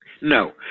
No